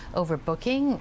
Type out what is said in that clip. overbooking